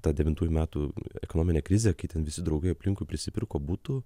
tą devintųjų metų ekonominę krizę kai ten visi draugai aplinkui prisipirko butų